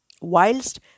Whilst